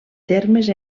termes